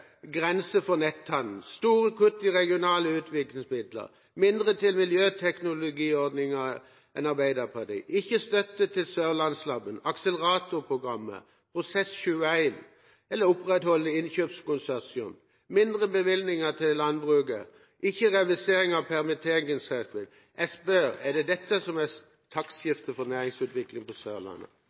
for netthandel, store kutt i regionale utviklingsmidler, mindre enn Arbeiderpartiet til miljøteknologiordningen, ikke støtte til Sørlandslaben, til akseleratorprogrammet, til Prosess 21 eller til å opprettholde innkjøpskonsortium, mindre bevilgninger til landbruket og ikke reversering av permitteringsreglene. Jeg spør: Er det dette som er taktskiftet for næringsutvikling på Sørlandet?